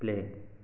play